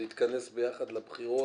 זה יתכנס ביחד לבחירות.